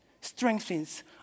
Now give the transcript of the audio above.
strengthens